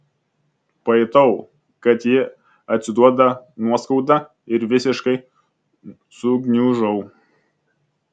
pajutau kad ji atsiduoda nuoskauda ir visiškai sugniužau